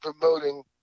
promoting